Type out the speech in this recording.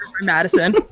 Madison